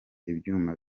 ibyuma